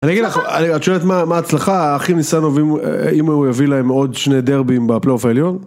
אני אגיד לך, את שואלת מה ההצלחה, האחים ניסנוב ואם הוא יביא להם עוד שני דרבים בפלוף העליון?